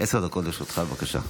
עשר דקות לרשותך, בבקשה.